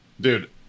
dude